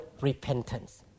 repentance